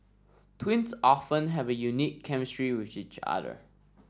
twins often have a unique chemistry with each other